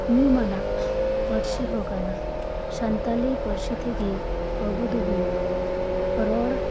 ᱧᱩᱢᱟᱱᱟᱜ ᱯᱟᱨᱥᱤ ᱦᱚᱸ ᱠᱟᱱᱟ ᱥᱟᱱᱛᱟᱞᱤ ᱯᱟᱨᱥᱤ ᱛᱮᱜᱮ ᱟᱵᱚ ᱫᱚᱵᱚ ᱨᱚᱲ